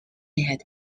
had